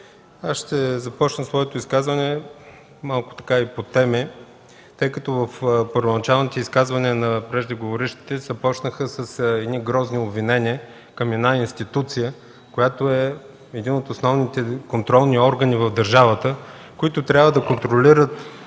Ще започна своето изказване и по теми, тъй като изказванията на преждеговорившите започнаха с грозни обвинения към институция, която е един от основните контролни органи в държавата, които трябва да контролират